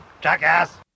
jackass